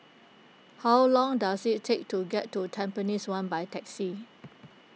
how long does it take to get to Tampines one by taxi